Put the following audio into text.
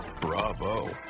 Bravo